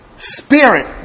spirit